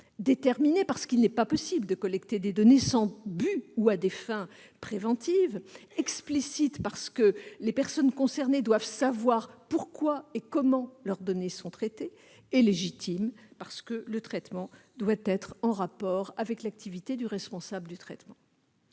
Déterminée, parce qu'il n'est pas possible de collecter des données sans but ou à des fins préventives ; explicite, parce que les personnes concernées doivent savoir pourquoi et comment leurs données sont traitées ; légitime, parce que le traitement doit être en rapport avec l'activité de celui qui en